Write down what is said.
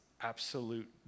absolute